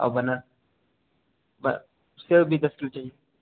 और बना सेव भी दस किलो चहिए